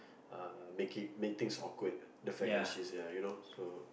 uh make it make things awkward the fact that she's yeah you know so